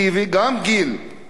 גם נוער טוב,